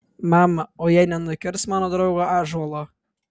mama o jie nenukirs mano draugo ąžuolo